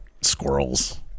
squirrels